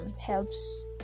helps